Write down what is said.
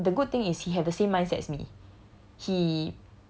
and then okay he the the good thing is he have the same mindset as me